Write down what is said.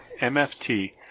MFT